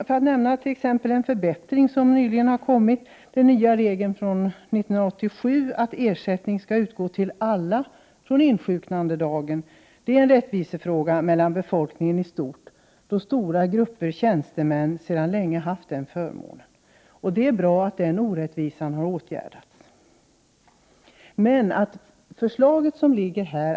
För att emellertid börja med en förbättring som nyligen har genomförts, vill jag nämna regeln från 1987, att ersättning skall utgå till alla från insjuknandedagen. Det är en fråga om rättvisa inom befolkningen i stort, då stora grupper tjänstemän sedan länge haft den förmånen. Det är bra att den orättvisan har åtgärdats.